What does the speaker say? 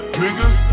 niggas